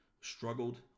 struggled